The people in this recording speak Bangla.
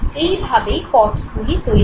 এইভাবেই পথগুলি তৈরি হয়